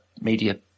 media